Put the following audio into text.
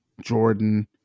Jordan